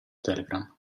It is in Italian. telegram